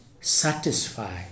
satisfy